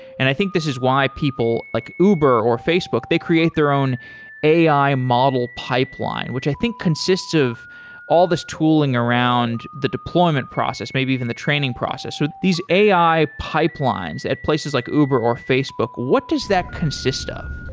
and i think this is why people like uber or facebook, they create their own ai model pipeline, which i think consists of all this tooling around the deployment process, maybe even the training process. so these ai pipelines at places like uber or facebook, what does that consist of?